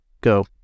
Go